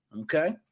Okay